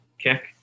kick